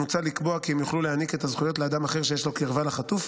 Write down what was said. מוצע לקבוע כי הם יוכלו להעניק את הזכויות לאדם אחר שיש לו קרבה לחטוף,